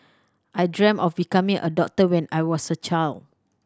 I dreamt of becoming a doctor when I was a child